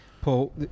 Paul